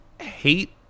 hate